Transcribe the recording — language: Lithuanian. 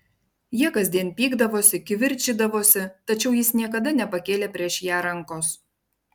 jie kasdien pykdavosi kivirčydavosi tačiau jis niekada nepakėlė prieš ją rankos